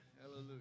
hallelujah